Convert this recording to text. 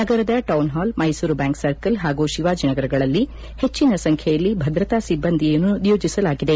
ನಗರದ town hall Mysuru bank circle ಹಾಗೂ ಶಿವಾಜಿನಗರಗಳಲ್ಲಿ ಹೆಚ್ಚಿನ ಸಂಖ್ಯೆಯಲ್ಲಿ ಭದ್ರತಾ ಸಿಬ್ಬಂದಿಯನ್ನು ನಿಯೋಜಿಸಲಾಗಿದೆ